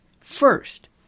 First